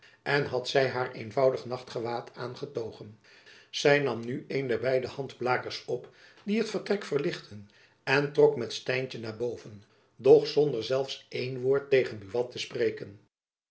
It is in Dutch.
en had zy haar eenvoudig nachtgewaad aangetogen zy nam nu een der beide handblakers op die het vertrek verlichtten en trok met stijntjen naar boven doch zonder zelfs één woord tegen buat te spreken